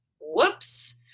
whoops